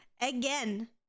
again